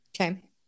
Okay